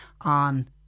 on